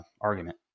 argument